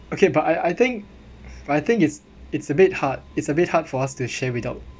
okay but I I think I think it's it's a bit hard it's a bit hard for us to share without